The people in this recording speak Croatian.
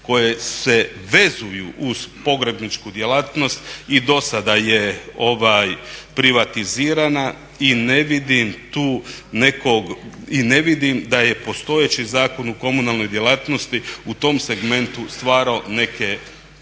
koje se vezuju uz pogrebničku djelatnost i do sada je privatizirana i ne vidim tu nekog, i ne vidim da je postojeći Zakon o komunalnoj djelatnosti u tom segmentu stvarao neke